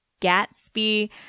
Gatsby